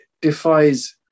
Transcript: defies